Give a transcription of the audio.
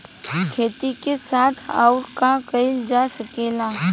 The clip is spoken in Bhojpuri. खेती के साथ अउर का कइल जा सकेला?